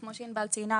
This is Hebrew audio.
כמו שענבל ציינה,